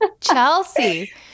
Chelsea